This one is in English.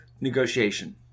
negotiation